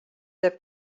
the